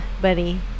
buddy